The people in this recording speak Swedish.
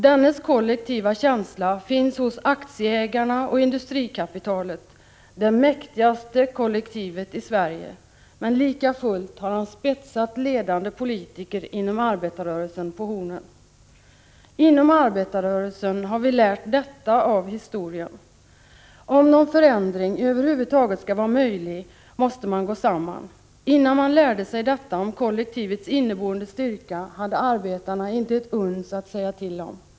Dennes kollektiva känsla finns hos aktieägarna och industrikapitalet — det mäktigaste kollektivet i Sverige — men lika fullt har han spetsat ledande politiker inom arbetarrörelsen på hornen. Inom arbetarrörelsen har vi lärt detta av historien: Om någon förändring över huvud taget skall vara möjlig måste man gå samman. Innan man lärde sig detta om kollektivets inneboende styrka hade arbetarna inte ett uns att säga till om.